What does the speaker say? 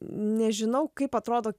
nežinau kaip atrodo